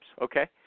Okay